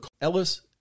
Ellis